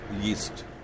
yeast